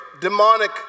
demonic